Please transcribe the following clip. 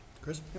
Chris